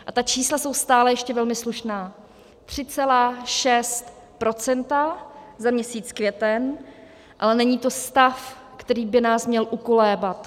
A ta čísla jsou stále ještě velmi slušná 3,6 % za měsíc květen, ale není to stav, který by nás měl ukolébat.